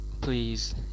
please